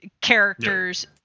characters